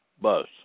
bus